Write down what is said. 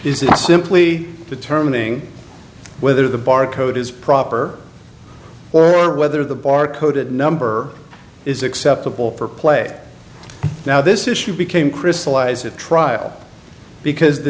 it simply determining whether the bar code is proper or whether the bar code it number is acceptable for play now this issue became crystallize at trial because the